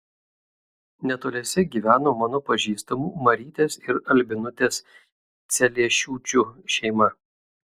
netoliese gyveno mano pažįstamų marytės ir albinutės celiešiūčių šeima